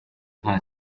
nta